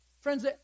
Friends